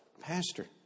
Pastor